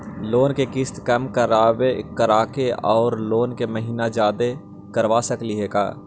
Loan के किस्त कम कराके औ लोन के महिना जादे करबा सकली हे का?